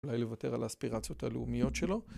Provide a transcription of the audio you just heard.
אולי לוותר על האספירציות הלאומיות שלו.